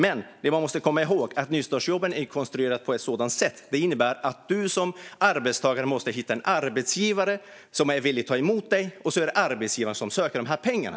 Det man dock måste komma ihåg är att nystartsjobben är konstruerade på ett sätt som innebär att du som arbetstagare måste hitta en arbetsgivare som är villig att ta emot dig, och så är det arbetsgivaren som söker pengarna.